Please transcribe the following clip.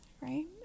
right